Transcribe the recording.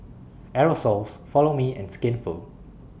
Aerosoles Follow Me and Skinfood